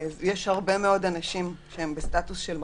יש הרבה מאוד אנשים שהם בסטטוס של מחלימים,